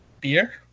Beer